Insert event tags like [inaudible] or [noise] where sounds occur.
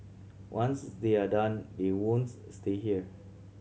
once they are done they [unintelligible] stay here